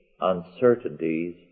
uncertainties